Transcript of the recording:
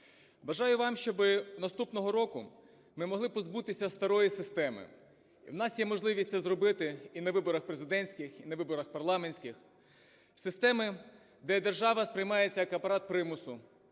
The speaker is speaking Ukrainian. Бажаю вам, щоб наступного року ми могли позбутися старої системи, і у нас є можливість це зробити і на виборах президентських, і на виборах парламентських. Системи, де держава сприймається як апарат примусу,